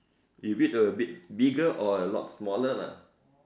if it were a bit bigger or a lot smaller lah